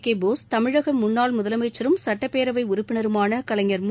K Bose தமிழக முன்னாள் முதலமைச்சரும் சட்டப்பேரவை உறுப்பினருமான கலைஞர் மு